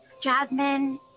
Jasmine